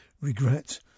regret